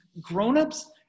grown-ups